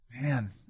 Man